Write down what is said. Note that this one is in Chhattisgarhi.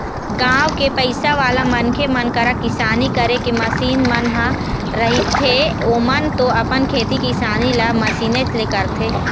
गाँव के पइसावाला मनखे मन करा किसानी करे के मसीन मन ह रहिथेए ओमन तो अपन खेती किसानी ल मशीनेच ले करथे